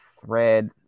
thread